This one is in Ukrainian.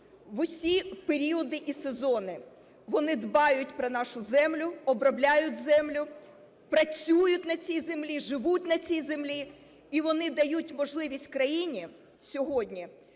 в усі періоди і сезони вони дбають про нашу землю, обробляють землю, працюють на цій землі, живуть на цій землі, і вони дають можливість країні сьогодні